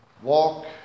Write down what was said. Walk